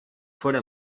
folle